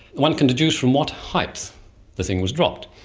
one can deduce from what height the thing was dropped.